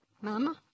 Mama